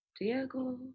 Diego